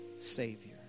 Savior